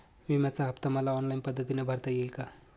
विम्याचा हफ्ता मला ऑनलाईन पद्धतीने भरता येईल का?